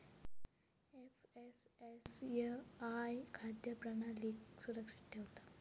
FSSAI खाद्य प्रणालीक सुरक्षित ठेवता